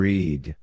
Read